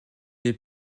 est